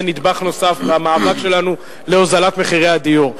יהיה נדבך נוסף במאבק שלנו להוזלת מחירי הדיור.